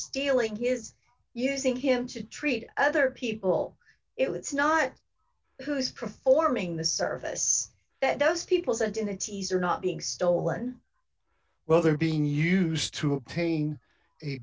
stealing his using him to treat other people it's not who is performing the service that those people's identities are not being stolen well they're being used to a pain